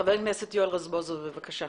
חבר הכנסת יואל רזבוזוב, בבקשה.